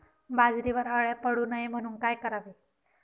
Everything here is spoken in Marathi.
बाजरीवर अळ्या पडू नये म्हणून काय करावे?